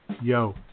yo